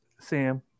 Sam